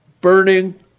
burning